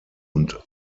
und